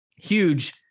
huge